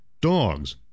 dogs